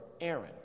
Aaron